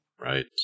Right